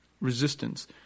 resistance